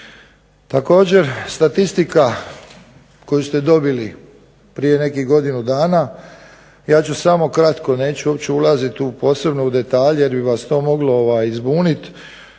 Također statistika koju ste dobili prije nekih godinu dana, ja ću samo kratko neću uopće ulaziti u detalje jer bi vas to moglo zbuniti.